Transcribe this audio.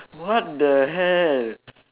what the hell